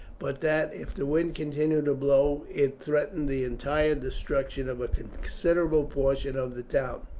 but that, if the wind continued to blow, it threatened the entire destruction of a considerable portion of the town.